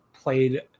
played